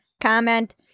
comment